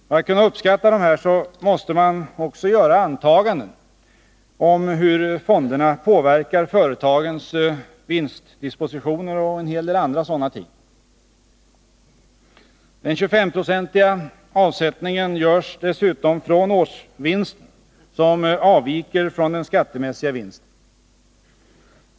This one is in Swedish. För att kunna uppskatta dessa måste man bl.a. göra antaganden om hur fonderna påverkar företagens vinstdispositioner och en hel del andra sådana ting. Den 25-procentiga avsättningen görs dessutom från årsvinsten, som avviker från den skattemässiga vinsten.